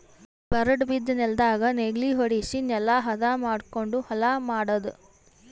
ಬರಡ್ ಬಿದ್ದ ನೆಲ್ದಾಗ ನೇಗಿಲ ಹೊಡ್ಸಿ ನೆಲಾ ಹದ ಮಾಡಕೊಂಡು ಹೊಲಾ ಮಾಡದು